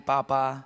Papa